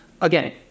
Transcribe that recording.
again